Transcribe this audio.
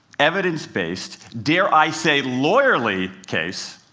evidence-based, dare i say lawyerly case,